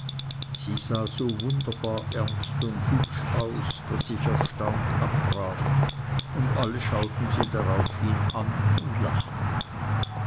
sie sah so wunderbar ernst und hübsch aus daß ich erstaunt abbrach und alle schauten sie daraufhin an und lachten